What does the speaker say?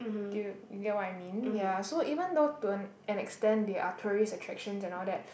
do you you get what I mean ya so even though to an an extent they are tourist attractions and all that